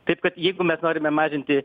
taip kad jeigu mes norime mažinti